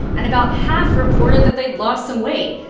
and about half reported that they'd lost some weight.